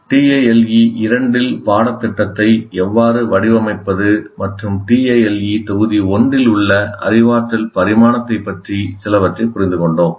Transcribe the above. TALE 2 இல் பாட திட்டத்தை எவ்வாறு வடிவமைப்பது மற்றும் TALE தொகுதி 1 இல் உள்ள அறிவாற்றல் பரிமாணத்தைப் பற்றி சிலவற்றை புரிந்துகொண்டோம்